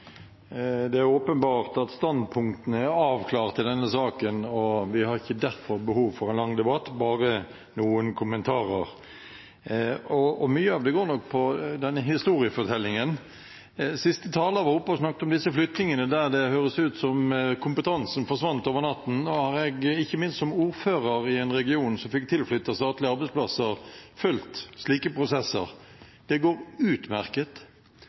Det er åpenbart at standpunktene er avklart i denne saken. Vi har derfor ikke behov for en lang debatt, bare noen kommentarer, og mye av det går nok på denne historiefortellingen. Siste taler var oppe og snakket om disse flyttingene, der det høres ut som om kompetansen forsvant over natten. Jeg har, ikke minst som ordfører i en region som fikk tilflyttet statlige arbeidsplasser, fulgt slike prosesser. Det går utmerket.